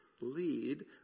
lead